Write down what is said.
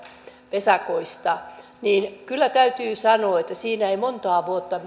vesakoista ja kyllä täytyy sanoa että siinä ei montaa vuotta